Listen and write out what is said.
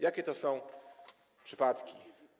Jakie to są przypadki?